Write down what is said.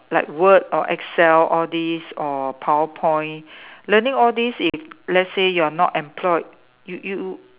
like word or Excel all this or PowerPoint learning all this if let's say you are not employed you you